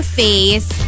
face